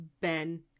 Ben